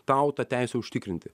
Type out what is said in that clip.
tau tą teisę užtikrinti